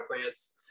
plants